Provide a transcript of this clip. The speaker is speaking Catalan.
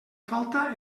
falta